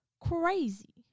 crazy